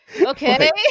Okay